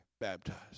baptized